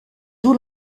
dos